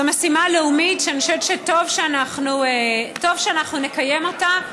זו משימה לאומית שאני חושבת שטוב שאנחנו נקיים אותה,